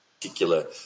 particular